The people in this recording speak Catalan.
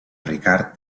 ricard